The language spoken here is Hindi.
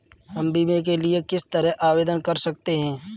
हम बीमे के लिए किस तरह आवेदन कर सकते हैं?